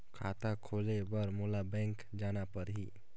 खाता खोले बर मोला बैंक जाना परही?